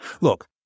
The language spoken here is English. Look